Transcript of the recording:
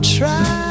try